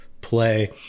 play